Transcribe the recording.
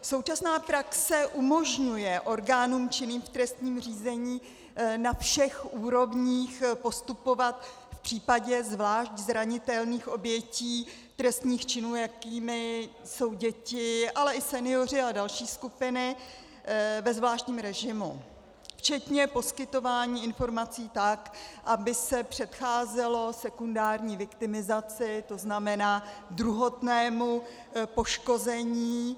Současná praxe umožňuje orgánům činným v trestním řízení na všech úrovních postupovat v případě zvlášť zranitelných obětí trestných činů, jakými jsou děti, ale i senioři a další skupiny, ve zvláštním režimu včetně poskytování informací tak, aby se předcházelo sekundární viktimizaci, to znamená druhotnému poškození.